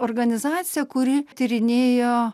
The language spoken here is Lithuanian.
organizacija kuri tyrinėjo